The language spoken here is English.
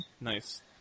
nice